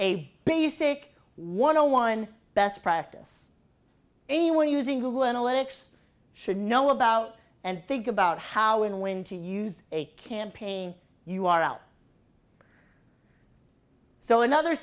a basic one zero one best practice anyone using google analytics should know about and think about how and when to use a campaign you are out so another